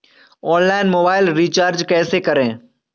Online mobile recharge कैसे करें?